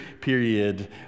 period